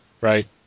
Right